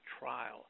trial